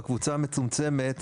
בקבוצה המצומצמת,